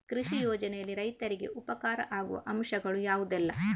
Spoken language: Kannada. ಕೃಷಿ ಯೋಜನೆಯಲ್ಲಿ ರೈತರಿಗೆ ಉಪಕಾರ ಆಗುವ ಅಂಶಗಳು ಯಾವುದೆಲ್ಲ?